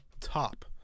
top